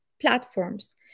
platforms